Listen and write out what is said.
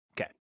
Okay